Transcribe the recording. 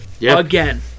again